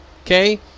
Okay